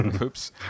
oops